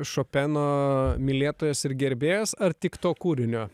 šopeno mylėtojas ir gerbėjas ar tik to kūrinio